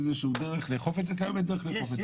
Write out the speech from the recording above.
איזו שהיא דרך לאכוף את זה וקיימת דרך לאכוף את זה.